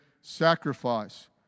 sacrifice